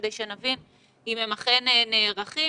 כדי שנבין אם הם אכן נערכים.